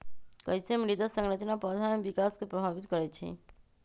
कईसे मृदा संरचना पौधा में विकास के प्रभावित करई छई?